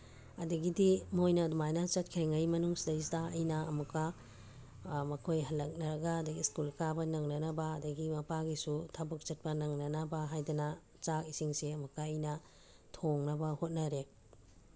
ꯑꯗꯨꯗꯒꯤꯗꯤ ꯃꯣꯏꯅ ꯑꯗꯨꯃꯥꯏꯅ ꯆꯠꯈ꯭ꯔꯤꯉꯩ ꯃꯅꯨꯡꯁꯤꯗꯩꯗ ꯑꯩꯅ ꯑꯃꯨꯛꯀ ꯃꯈꯣꯏ ꯍꯜꯂꯛꯅꯔꯒ ꯑꯗꯨꯗꯒꯤ ꯁ꯭ꯀꯨꯜ ꯀꯥꯕ ꯅꯪꯅꯅꯕ ꯑꯗꯨꯗꯒꯤ ꯃꯄꯥꯒꯤꯁꯨ ꯊꯕꯛ ꯆꯠꯄ ꯅꯪꯅꯅꯕ ꯍꯥꯏꯗꯅ ꯆꯥꯛ ꯏꯁꯤꯡꯁꯦ ꯑꯃꯨꯛꯀ ꯑꯩꯅ ꯊꯣꯡꯅꯕ ꯍꯣꯠꯅꯔꯦ